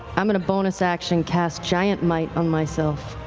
i'm going to bonus action cast giant might on myself.